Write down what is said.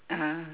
(uh huh)